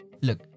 Look